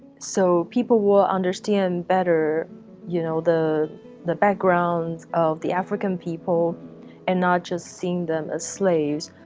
so people will understand better you know, the the backgrounds of the african people and not just seeing them as slaves.